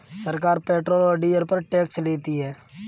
सरकार पेट्रोल और डीजल पर टैक्स लेती है